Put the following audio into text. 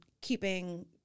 keeping